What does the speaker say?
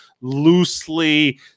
loosely